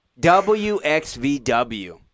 WXVW